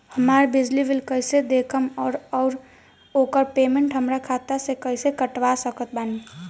हमार बिजली बिल कईसे देखेमऔर आउर ओकर पेमेंट हमरा खाता से कईसे कटवा सकत बानी?